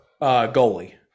goalie